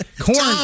Corn